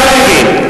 אתה מבין.